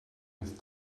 with